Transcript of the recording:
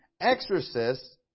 exorcists